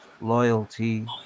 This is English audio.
loyalty